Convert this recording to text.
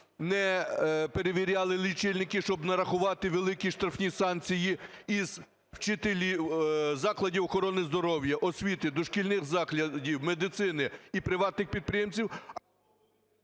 не перевіряли лічильники, щоб нарахувати великі штрафні санкції із закладів охорони здоров'я, освіти, дошкільних закладів, медицини і приватних підприємців…